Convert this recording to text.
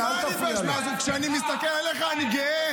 מעצמך תתבייש.